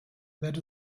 that